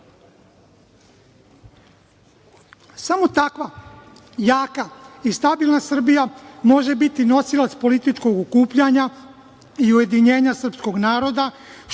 Samo takva, jaka i stabilna Srbija, može biti nosilac političkog okupljanja i ujedinjenja srpskog naroda,